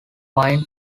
wind